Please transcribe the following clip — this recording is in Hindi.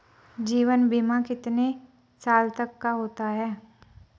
जीवन बीमा कितने साल तक का होता है?